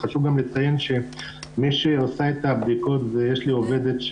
חשוב לציין שמי שעושה את הבדיקות יש לי עובדת,